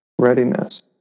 readiness